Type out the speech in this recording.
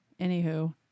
Anywho